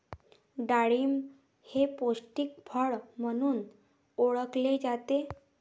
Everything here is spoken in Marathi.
डाळिंब हे पौष्टिक फळ म्हणून ओळखले जाते